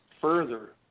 further